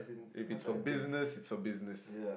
if it's for business it's for business